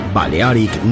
Balearic